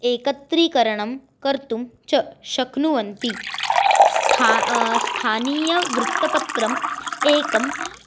एकत्रीकरणं कर्तुं च शक्नुवन्ति स्था स्थानीयवृत्तपत्रम् एकं